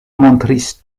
montris